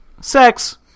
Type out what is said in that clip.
Sex